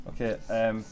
okay